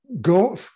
go